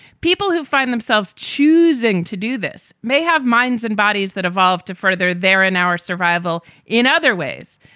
people who find themselves choosing to do this may have minds and bodies that evolve to further their and our survival in other ways.